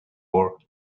war